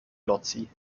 lotzi